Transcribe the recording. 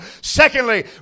Secondly